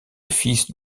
fils